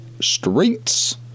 streets